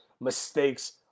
mistakes